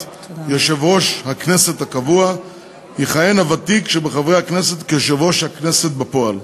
יושב-ראש הכנסת הקבוע יכהן הוותיק שבחברי הכנסת כיושב-ראש הכנסת בפועל.